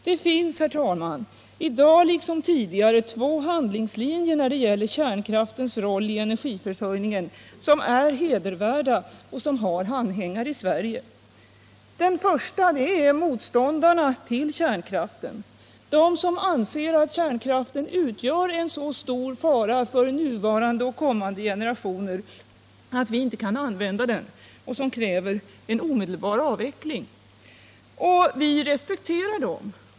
Det finns i dag liksom tidigare två handlingslinjer när det gäller kärnkraftens roll i energiförsörjningen som är hedervärda och som har anhängare i Sverige. Den första representeras av motståndare till kärnkraften, de som anser att kärnkraften utgör en så stor fara för nuvarande och kommande generationer att vi inte kan använda den och som kräver en omedelbar avveckling. Vi respekterar dem.